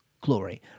glory